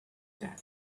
that